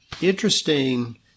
interesting